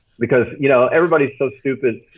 because you know, everybody is so stupid.